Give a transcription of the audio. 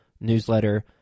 newsletter